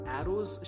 arrows